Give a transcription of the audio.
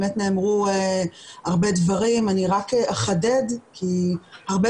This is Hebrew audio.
נאמרו הרבה דברים ואני רק אחדד כי הרבה